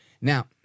Now